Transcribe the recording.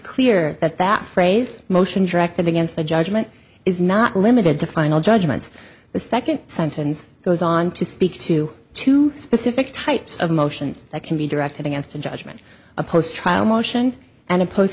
clear that that phrase motion directed against the judgment is not limited to final judgments the second sentence goes on to speak to two specific types of motions that can be directed against a judgment a post trial motion and a post